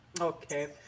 Okay